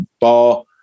bar